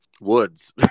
woods